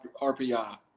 RPI